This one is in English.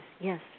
yes